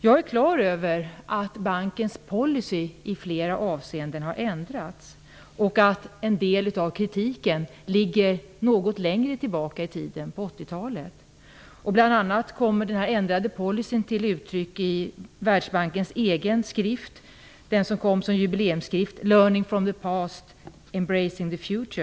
Jag är på det klara med att bankens policy har ändrats i flera avseenden och att en del av kritiken härrör från 80-talet. Bl.a. kommer den här ändrade policyn till uttryck i Världsbankens egen skrift, jubileumsskriften Learning from the Past - Embracing the Future.